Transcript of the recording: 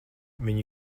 viņi